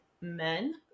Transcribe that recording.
men